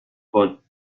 vor